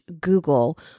Google